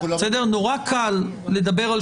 לא הצלחנו להחמיר את